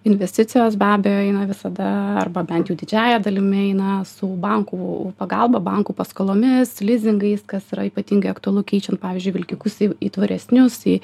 investicijos be abejo eina visada arba bent jau didžiąja dalimi eina su bankų pagalba bankų paskolomis lizingais kas yra ypatingai aktualu keičiant pavyzdžiui vilkikus į tvaresnius į